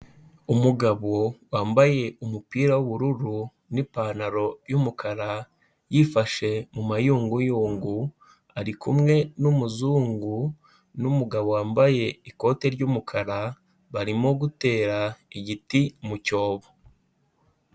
Umugabo wambaye umupira w'ubururu n'ipantaro y'umukara yifashe mu mayunguyungu, ari kumwe n'umuzungu n'umugabo wambaye ikote ry'umukara, barimo gutera igiti mu cyobo.